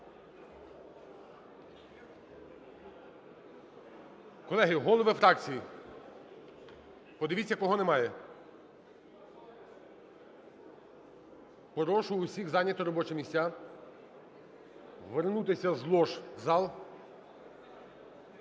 Колеги, голови фракцій, подивіться кого немає. Прошу усіх зайняти робочі місця, вернутися з лож в зал.